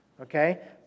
Okay